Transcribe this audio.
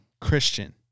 Christian